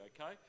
okay